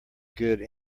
good